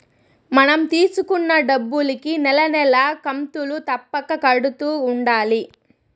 మనం తీసుకున్న డబ్బులుకి నెల నెలా కంతులు తప్పక కడుతూ ఉండాలి